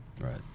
Right